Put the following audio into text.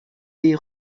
des